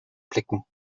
blicken